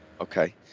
Okay